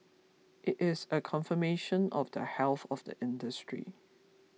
it is a confirmation of the health of the industry